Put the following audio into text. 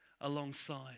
alongside